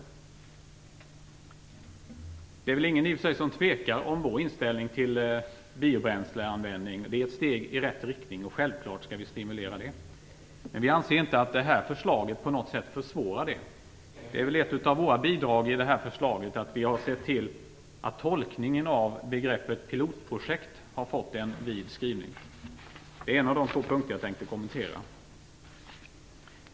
I och för sig är det väl ingen som tvivlar på vår inställning till biobränsleanvändning. Den är ett steg i rätt riktning som självfallet skall stimuleras. Men vi anser inte att förslaget på något sätt försvårar detta. Ett av våra bidrag till förslaget är att vi har sett till att tolkningen av begreppet pilotprojekt har fått en vid skrivning, vilket är en av de två punkter som jag tänker kommentera.